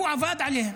הוא עבד עליהן.